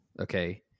okay